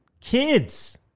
kids